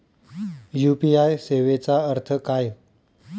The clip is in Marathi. यू.पी.आय सेवेचा अर्थ काय?